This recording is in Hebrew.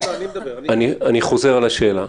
אני חוזר על השאלה.